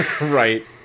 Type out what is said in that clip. right